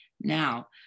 Now